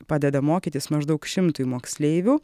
padeda mokytis maždaug šimtui moksleivių